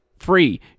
free